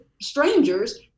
strangers